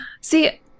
See